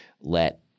let